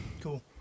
cool